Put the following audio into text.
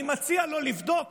אני מציע לו לבדוק